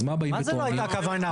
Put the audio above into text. אז מה באים וטוענים?